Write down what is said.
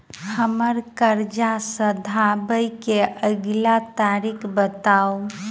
हम्मर कर्जा सधाबई केँ अगिला तारीख बताऊ?